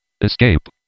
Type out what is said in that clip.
escape